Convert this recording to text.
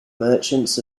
merchants